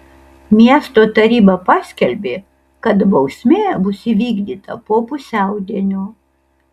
miesto taryba paskelbė kad bausmė bus įvykdyta po pusiaudienio